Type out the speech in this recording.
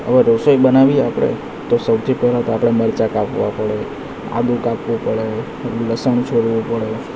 હવે રસોઈ બનાવીએ આપણે તો સૌથી પેલા તો આપણે મરચાં કાપવા પડે આદું કાપવું પડે લસણ છોલવું પડે